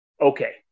Okay